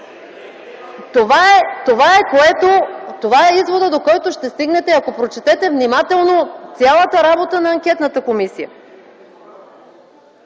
Това е изводът, до който ще стигнете, ако прочетете внимателно цялата работа на Анкетната комисия.